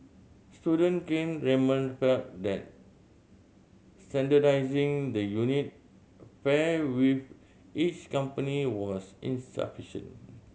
student Kane Raymond felt that standardising the unit fare with each company was insufficient